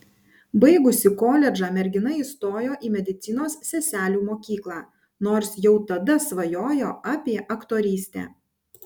baigusi koledžą mergina įstojo į medicinos seselių mokyklą nors jau tada svajojo apie aktorystę